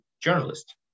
journalist